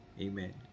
Amen